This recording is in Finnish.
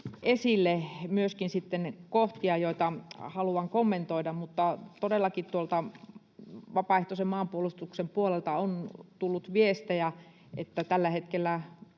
esille myöskin kohtia, joita haluan kommentoida. Todellakin vapaaehtoisen maanpuolustuksen puolelta on tullut viestejä, että tällä hetkellä